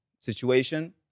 situation